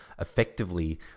effectively